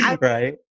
Right